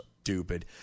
Stupid